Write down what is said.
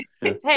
Hey